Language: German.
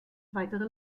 weitere